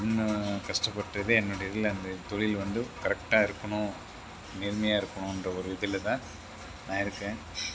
முன்னே கஷ்டப்பட்டது என்னுடைய இதில் அந்த தொழில் வந்து கரெக்டாயிருக்கணும் நேர்மையாயிருக்கணுன்ற ஒரு இதில் தான் நான் இருக்கேன்